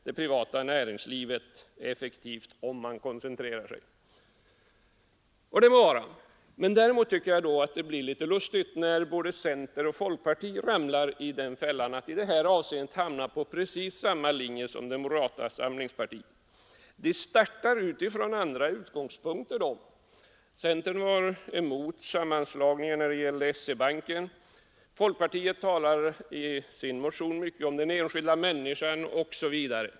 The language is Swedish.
Det privata näringslivet är effektivt om det koncentrerar sig. Och detta må vara. Det blir däremot litet lustigt när både centern och folkpartiet ramlar i fällan och hamnar på precis samma linje som moderata samlingspartiet. De startar dock från andra utgångspunkter. Centern var emot sammanslagningen när det gällde SE-banken. Folkpartiet talar i sin motion mycket om den enskilda människan osv.